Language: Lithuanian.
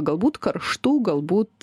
galbūt karštų galbūt